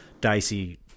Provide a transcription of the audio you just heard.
dicey